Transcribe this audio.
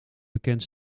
bekend